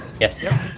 Yes